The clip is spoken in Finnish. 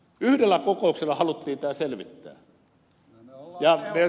yhdellä kokouksella haluttiin tämä selvittää